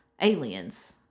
aliens